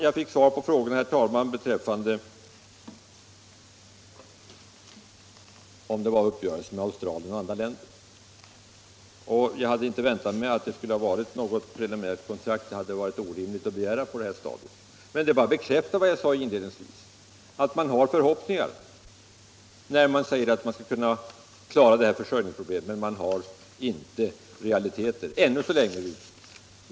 Jag fick, herr talman, svar på frågorna om det förelåg uppgörelser med Australien och andra länder. Jag hade inte väntat mig att det skulle finnas något preliminärt kontrakt. Det hade varit orimligt att begära på detta stadium. Men det bara bekräftar vad jag sade inledningsvis, nämligen att talet om att man skall kunna klara det här försörjningsproblemet är grundat på förhoppningar. Ännu så länge har man inga realiteter att stödja sig på.